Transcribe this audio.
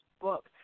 book